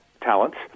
talents